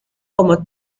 como